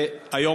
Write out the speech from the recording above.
והיום,